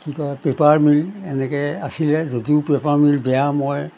কি কয় paper mill এনেকৈ আছিলে যদিও পেপাৰ মিল বেয়া মই